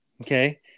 Okay